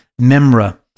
Memra